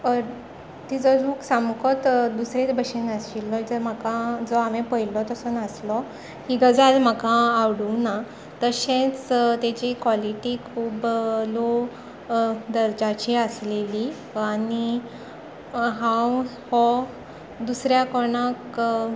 तिजो लूक सामको दुसरे भशेन आशिल्लो जो हांवें पळयल्लो तसो नासलो ही गजाल म्हाका आवडूंक ना तशेंच ताची कॉलिटी खूब लो दर्ज्याची आशिल्ली आनी हांव हो दुसऱ्या कोणाक